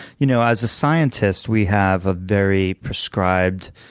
you know as scientists, we have a very prescribed,